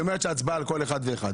היא אומרת שההצבעה היא על כל אחד ואחד.